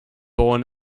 born